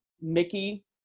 Mickey